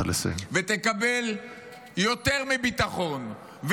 ותקבל יותר מביטחון,